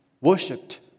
worshipped